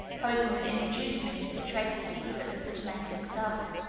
hoping to induce me to betray the secrets of the domestic circle.